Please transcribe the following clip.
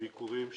בביקורים שעשיתי,